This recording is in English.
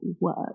work